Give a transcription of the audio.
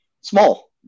small